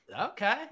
Okay